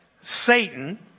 Satan